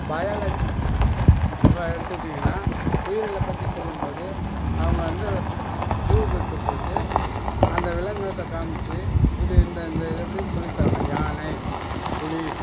biology இப்போ எடுத்துக்கிட்டிங்கன்னா உயிரியலை பற்றி சொல்லும் போது அவங்க வந்து ஜூ கிட்டே போய்ட்டு அந்த விலங்குகத்த காம்மிச்சு இது இந்த இந்த இது அப்படினு சொல்லி தர்றாங்க யானை புலி